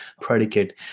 predicate